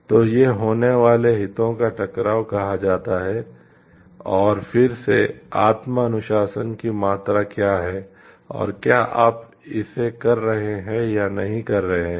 तो ये होने वाले हितों का टकराव कहा जाता है और फिर से आत्म अनुशासन की मात्रा क्या है और क्या आप इसे कर रहे हैं या नहीं कर रहे हैं